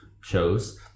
shows